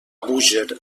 búger